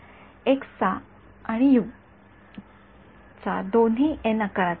तर एक्सचा आणि यु दोन्ही एन आकाराचे आहेत